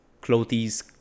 Clothes